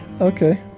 okay